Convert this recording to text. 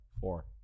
Four